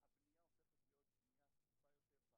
9:33. אנחנו דנים בהצעת החוק הקושרת את